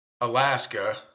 Alaska